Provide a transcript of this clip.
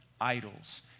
idols